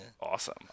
Awesome